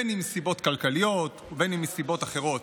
אם מסיבות כלכליות ואם מסיבות אחרות.